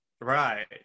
Right